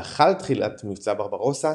לאחר תחילת מבצע ברברוסה,